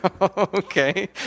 Okay